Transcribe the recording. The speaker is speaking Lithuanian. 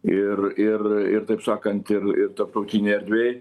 ir ir ir taip sakant ir ir tarptautinėj erdvėj